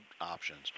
options